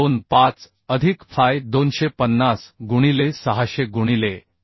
25 अधिक फाय 250 गुणिले 600 गुणिले 1